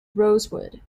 rosewood